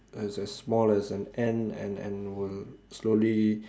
as an small as an ant and and will slowly